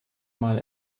mal